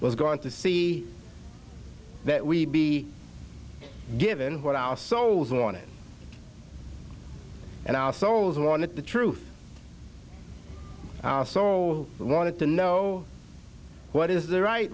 was going to see that we be given what our souls on it and our souls want the truth our soul wanted to know what is the right